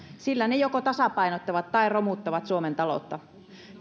sillä ne joko tasapainottavat tai romuttavat suomen taloutta